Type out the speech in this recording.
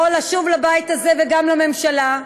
יכול לשוב לבית הזה וגם לממשלה,